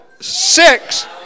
six